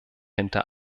hinter